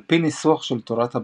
על פי ניסוח של תורת הבקרה,